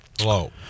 hello